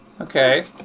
okay